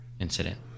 incident